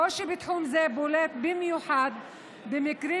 הקושי בתחום זה בולט במיוחד במקרים